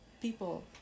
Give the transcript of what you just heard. people